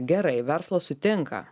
gerai verslas sutinka